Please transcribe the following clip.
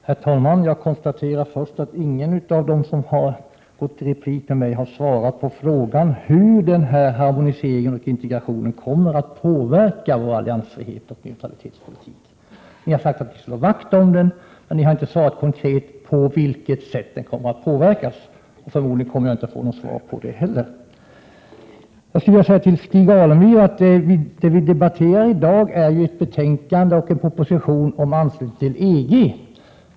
Herr talman! Jag konstaterar att ingen av dem som har replikerat på vad jag sade i mitt anförande har svarat på frågan hur den här harmoniseringen och integrationen kommer att påverka vår alliansfrihet och neutralitetspolitik. Ni har sagt att Sverige skall slå vakt om neutralitetspolitiken, men ni har inte talat om på vilket sätt den kommer att påverkas. Förmodligen kommer jag inte heller att få något svar på den frågan. Vi debatterar i dag ett betänkande och en proposition om anslutning till EG, Stig Alemyr.